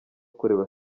kureba